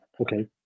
Okay